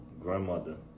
grandmother